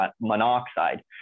monoxide